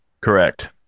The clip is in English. Correct